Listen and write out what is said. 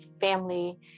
family